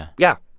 yeah. yeah